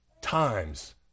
times